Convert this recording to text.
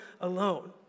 alone